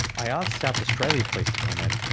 i asked south australia police to comment,